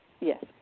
yes